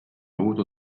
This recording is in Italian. avuto